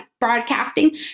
broadcasting